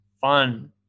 fun